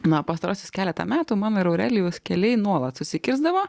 na pastaruosius keletą metų mano ir aurelijaus keliai nuolat susikirsdavo